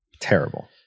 Terrible